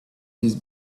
his